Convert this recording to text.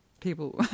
people